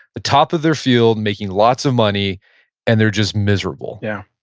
the top of their field making lots of money and they're just miserable yeah.